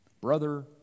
Brother